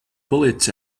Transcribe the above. bullets